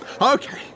Okay